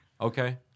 okay